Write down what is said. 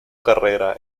carrera